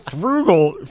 frugal